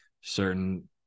certain